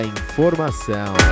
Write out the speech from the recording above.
informação